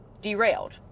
derailed